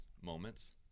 moments